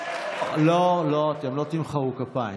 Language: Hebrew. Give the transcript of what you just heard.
קריאות: לא, לא, אתם לא תמחאו כפיים.